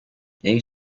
eric